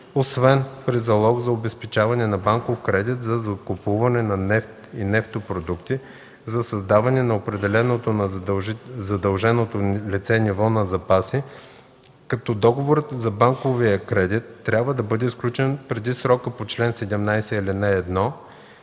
освен при залог за обезпечаване на банков кредит за закупуване на нефт и нефтопродукти за създаване на определеното на задълженото лице ниво на запаси, като договорът за банковия кредит трябва да бъде сключен преди срока по чл. 17, ал. 1.